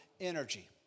energy